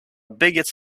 biggest